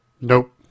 Nope